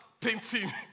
painting